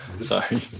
sorry